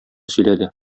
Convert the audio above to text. сөйләде